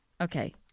Okay